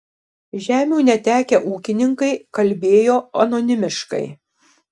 žemių netekę ūkininkai kalbėjo anonimiškai